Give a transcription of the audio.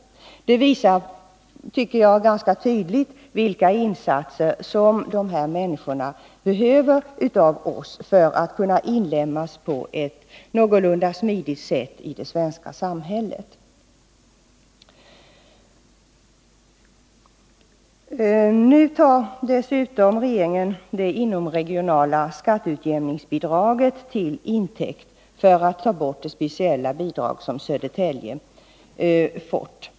Det visar, tycker jag, ganska tydligt vilka insatser av oss de här människorna behöver för att kunna inlemmas i det svenska samhället på ett någorlunda smidigt sätt. Nu tar regeringen det inomregionala skatteutjämningsbidraget till intäkt för att ta bort det speciella bidrag som Södertälje fått.